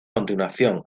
continuación